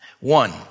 One